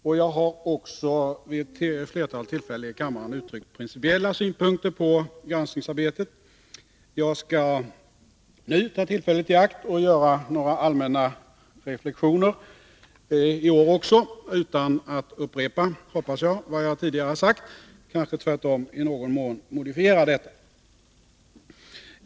Jag har också vid ett flertal tillfällen i kammaren uttryckt principiella synpunkter på granskningsarbetet. Jag skall nu ta tillfället i akt och göra några allmänna reflexioner i år också, utan att upprepa, hoppas jag, vad jag tidigare sagt — kanske tvärtom i någon mån modifiera detta.